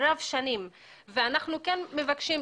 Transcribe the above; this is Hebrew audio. אנחנו כן מבקשים,